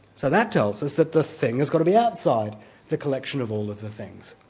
so that tells us that the thing has got to be outside the collection of all of the things.